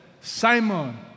Simon